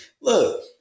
Look